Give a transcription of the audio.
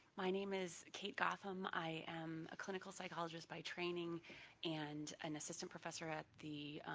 my name is kate gotham. i am a clinical psychologist by training and an assistant professor at the